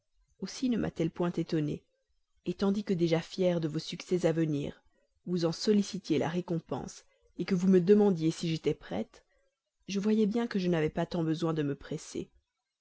aussi ne m'a-t-elle point étonnée tandis que déjà fier de vos succès à venir vous en sollicitiez la récompense que vous me demandiez si j'étais prête je voyais bien que je n'avais pas tant besoin de me presser